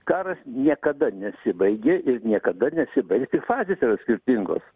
karas niekada nesibaigė ir niekada nesibaigs tik fazės yra skirtingos